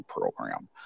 program